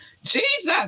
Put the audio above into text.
Jesus